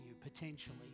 potentially